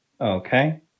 Okay